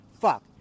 Fuck